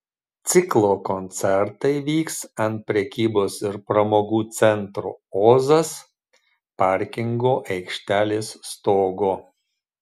ciklo koncertai vyks ant prekybos ir pramogų centro ozas parkingo aikštelės stogo